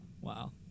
Wow